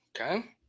Okay